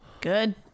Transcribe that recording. Good